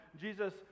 Jesus